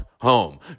home